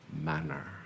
manner